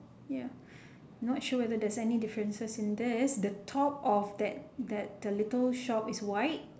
ya not sure whether there's any differences in this the top of that that the little shop is white